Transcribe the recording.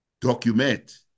document